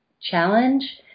challenge